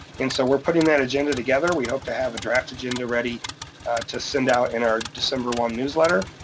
and so we're putting that agenda together. we hope to have a draft agenda ready to send out in our december one newsletter,